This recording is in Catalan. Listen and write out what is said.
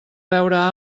veure